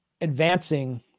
advancing